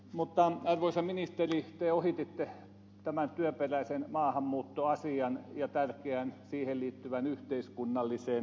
mutta arvoisa ministeri te ohititte tämän työperäisen maahanmuuttoasian ja tärkeän siihen liittyvän yhteiskunnallisen keskustelun kokonaan